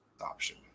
option